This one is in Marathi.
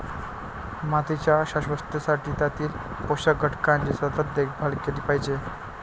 मातीच्या शाश्वततेसाठी त्यातील पोषक घटकांची सतत देखभाल केली पाहिजे